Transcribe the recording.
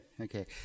Okay